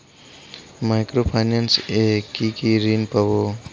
Micro finance এ কি কি ঋণ পাবো?